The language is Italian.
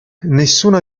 nessuna